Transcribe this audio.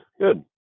good